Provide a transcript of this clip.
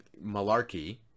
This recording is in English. malarkey